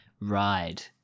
ride